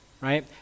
Right